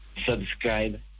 subscribe